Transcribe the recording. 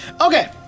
Okay